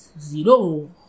Zero